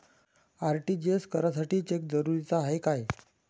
RTGS करासाठी cheque जरुरीचा हाय काय?